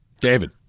David